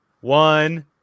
one